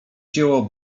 dzieło